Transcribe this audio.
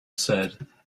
said